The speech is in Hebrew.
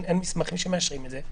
אין מסמכים שמאשרים את זה,